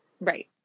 Right